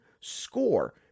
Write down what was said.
score